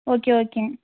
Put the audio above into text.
okay okay